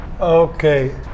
Okay